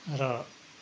र